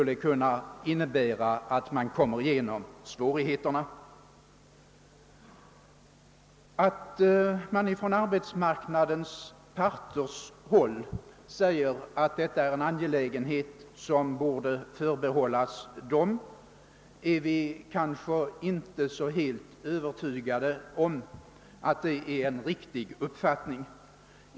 Vi är inte helt övertygade om det riktiga i uppfattningen hos arbetsmarknadens parter när man där säger att överväganden av sådana tankegångar är något som borde förbehållas dem.